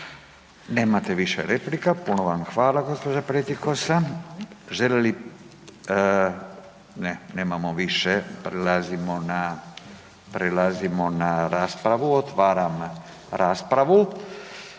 Nemate više replika, puno vam hvala gđo. Pletikosa. Želi li? Ne, nemamo više. Prelazimo na Prelazimo na raspravu, otvaram raspravu.